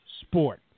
sport